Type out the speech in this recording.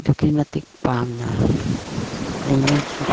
ꯑꯗꯨꯛꯀꯤ ꯃꯇꯤꯛ ꯄꯥꯝꯅ ꯂꯩꯅꯈꯤ